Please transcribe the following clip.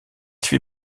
fit